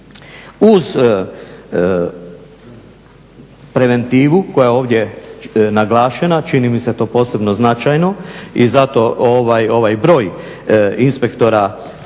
Uz preventivu koja je ovdje naglašena, čini mi se to posebno značajno, i zato ovaj broj inspektora